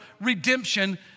redemption